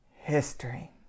history